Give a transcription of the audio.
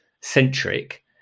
centric